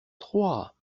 trois